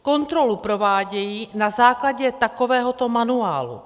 Kontrolu provádějí na základě takovéhoto manuálu.